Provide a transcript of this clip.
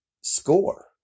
score